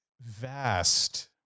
vast